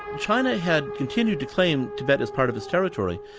china had continued to claim tibet as part of its territory.